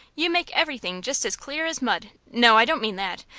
you make everything just as clear as mud no, i don't mean that.